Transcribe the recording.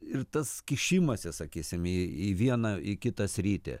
ir tas kišimasis sakysim į į vieną į kitą sritį